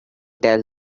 tell